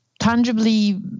tangibly